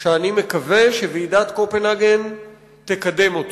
שאני מקווה שוועידת קופנהגן תקדם אותו.